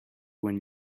when